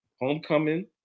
homecoming